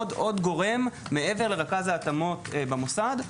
עוד גורם מעבר לרכז ההתאמות במוסד,